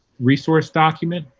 resource document.